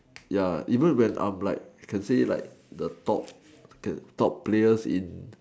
ya even when I'm like can say like the top top players in